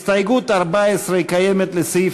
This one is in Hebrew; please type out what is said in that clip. הסתייגות 14, לסעיף